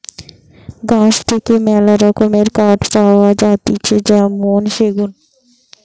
গাছ থেকে মেলা রকমের কাঠ পাওয়া যাতিছে যেমন সেগুন